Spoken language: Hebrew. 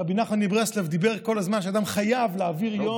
רבי נחמן מברסלב אמר כל הזמן שאדם חייב להעביר יום,